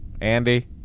Andy